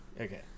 okay